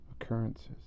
occurrences